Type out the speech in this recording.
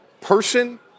person